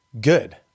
good